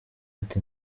ati